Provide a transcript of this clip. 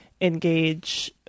engage